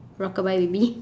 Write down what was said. rock a my baby